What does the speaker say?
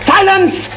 Silence